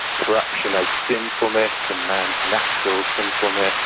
corruption as sinfulness and man's natural sinfulness,